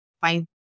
find